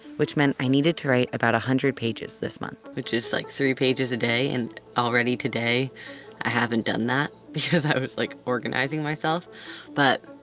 which meant i needed to write about one hundred pages this month. which is like three pages a day and already today i haven't done that because i was like organizing myself but